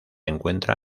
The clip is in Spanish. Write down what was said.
encuentra